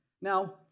Now